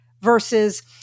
versus